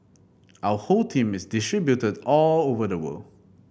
our whole team is distributed all over the world